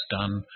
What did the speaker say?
done